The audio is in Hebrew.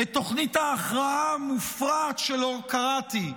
את תוכנית ההכרעה המופרעת שלו קראתי.